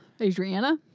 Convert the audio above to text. Adriana